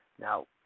Now